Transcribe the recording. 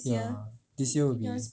ya this year will be